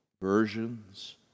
versions